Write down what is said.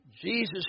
Jesus